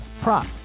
prop